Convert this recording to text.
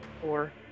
Four